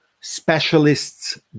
specialists